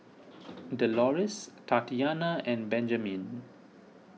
Delores Tatianna and Benjamine